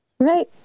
Right